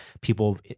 people